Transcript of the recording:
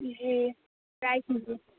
جی try کیجیے